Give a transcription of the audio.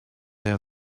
our